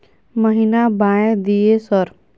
महीना बाय दिय सर?